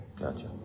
Gotcha